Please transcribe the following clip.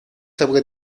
sobre